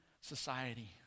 society